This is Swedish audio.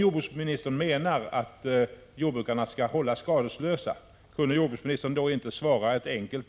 Jag är tacksam för att